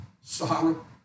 sorrow